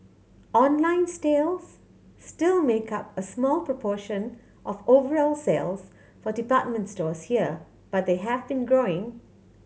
online still make up a small proportion of overall sales for department stores here but they have been growing